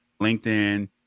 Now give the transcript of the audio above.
LinkedIn